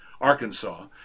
Arkansas